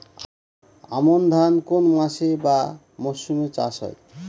আমন ধান কোন মাসে বা মরশুমে চাষ হয়?